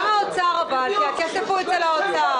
גם האוצר כי הכסף נמצא אצל משרד האוצר.